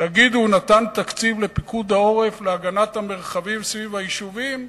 תגידו: הוא נתן תקציב לפיקוד העורף להגנת המרחבים סביב היישובים?